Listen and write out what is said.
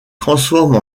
transforme